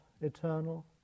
eternal